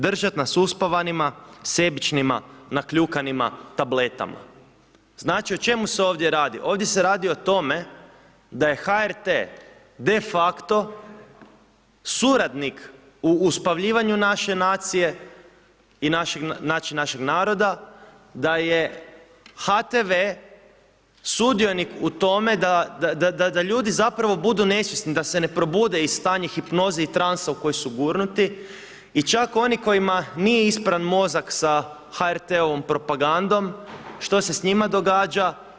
Držat nas uspavanima, sebičnima, nakljukanima tabletama.“ Znači o čemu se ovdje radi, ovdje se radi o tome da je HRT de facto suradnik u uspavljivanju naše nacije i našeg naroda, da je HTV sudionik u tome da ljudi zapravo budu nesvjesni, da se ne probude iz stanja hipnoze i transa u koji su gurnuti i čak onima kojima nije ispran mozak s HRT-ovom propagandom, što se s njima događa?